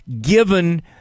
given